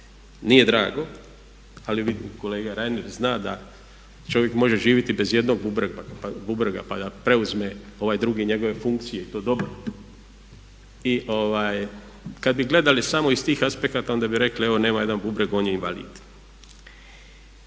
nije drago ali vidim kolega Reiner zna da čovjek može živjeti bez jednog bubrega pa da preuzme ovaj drugi njegove funkcije i to dobro. I kad bi gledali samo iz tih aspekata onda bi rekli evo nema jedan bubreg, on je invalid.